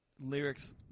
lyrics